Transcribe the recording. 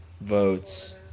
votes